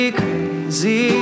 crazy